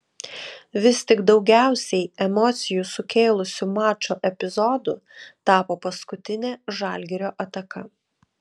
vis tik daugiausiai emocijų sukėlusiu mačo epizodu tapo paskutinė žalgirio ataka